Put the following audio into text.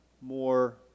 more